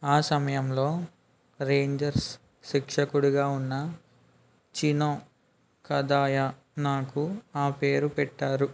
ఆ సమయంలో రేంజర్స్ శిక్షకుడుగా ఉన్న చినో కాదాయా నాకు ఆ పేరు పెట్టారు